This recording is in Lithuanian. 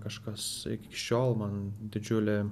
kažkas iki šiol man didžiulė